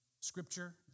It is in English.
Scripture